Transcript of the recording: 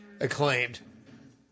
acclaimed